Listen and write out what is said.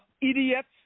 idiots